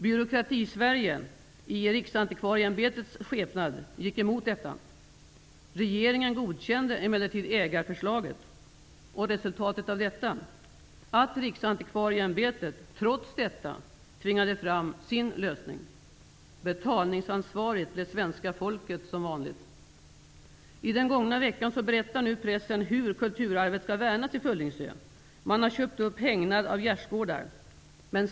Byråkratisverige i Riksantikvarieämbetets skepnad gick emot detta. Och vad blev resultatet av detta? Jo, att Riksantikvarieämbetet trots detta tvingade fram sin lösning! Betalningsansvarigt blev svenska folket -- I den gångna veckan berättar nu pressen hur kulturarvet skall värnas i Föllingsö. Man har köpt upp hägnad av gärdesgårdar.